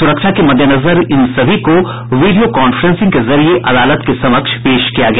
सुरक्षा के मद्देनजर इन सभी को वीडियो कांफ्रेंसिंग के जरिये अदालत के समक्ष पेश किया गया